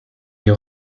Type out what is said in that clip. des